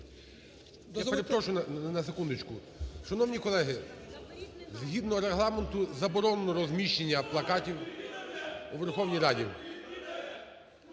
Я перепрошую, на секундочку. Шановні колеги, згідно Регламенту, заборонено розміщення плакатів у Верховній Раді.